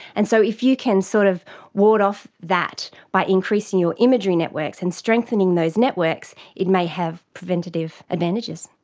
and so if you can sort of ward off that by increasing your imagery networks and strengthening those networks, it may have preventative advantages.